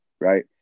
right